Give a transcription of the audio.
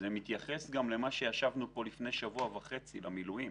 זה מתייחס גם לנושא שדנו בו לפני שבוע וחצי פה המילואים.